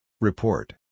Report